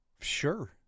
Sure